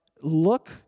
look